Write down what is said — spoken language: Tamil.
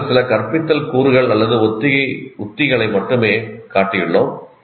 நாங்கள் சில கற்பித்தல் கூறுகள் அல்லது ஒத்திகை உத்திகளை மட்டுமே காட்டியுள்ளோம்